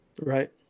Right